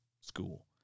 School